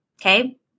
Okay